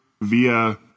via